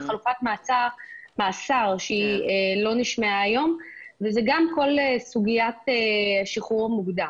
שהיא חלופת מאסר שלא נשמעה היום וזה גם כל סוגיית השחרור המוקדם,